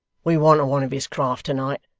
we want one of his craft to-night.